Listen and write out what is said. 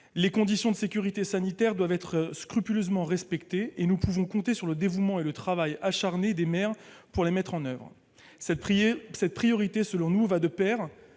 Les conditions de sécurité sanitaire doivent être scrupuleusement respectées, et nous pouvons compter sur le dévouement et le travail acharné des maires pour les mettre en oeuvre. Cette priorité, selon nous, va de pair